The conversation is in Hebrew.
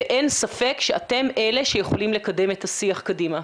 ואין ספק שאתם אלה שיכולים לקדם את השיח קדימה.